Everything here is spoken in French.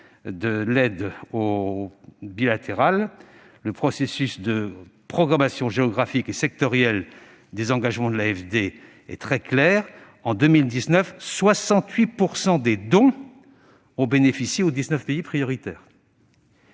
de l'aide bilatérale, le processus de programmation géographique et sectorielle des engagements de l'AFD est très clair : en 2019, ce sont 68 % des dons qui ont bénéficié aux dix-neuf pays prioritaires.